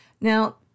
Now